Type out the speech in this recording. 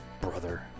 brother